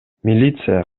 милиция